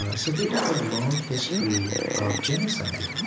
ah so they have a long history of genocide.